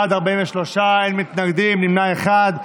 אין, נמנע, אחד.